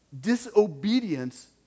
disobedience